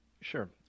Sure